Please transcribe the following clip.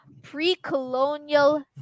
pre-colonial